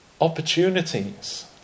opportunities